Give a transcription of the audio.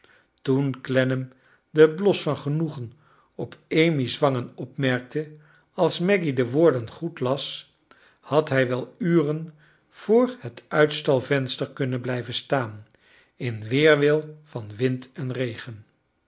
toen clennam den bios van genoegen op amy's wangen opmerkte als maggy de woorden goed las had hrj wel uren voor het uitstalvenster kunnen blijven staan in weerwil van wind en regen